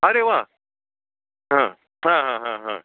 अरे वा हां हां हां हां हां